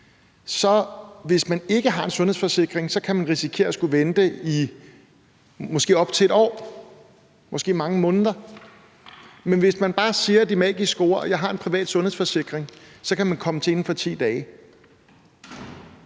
og hvis man ikke har en sundhedsforsikring, kan man risikere at skulle vente i mange måneder, måske op til et år, men hvis man bare siger de magiske ord »jeg har en privat sundhedsforsikring«, kan man komme til inden for 10 dage.